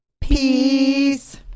Peace